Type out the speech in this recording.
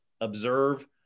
observe